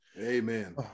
Amen